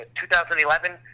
2011